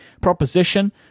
proposition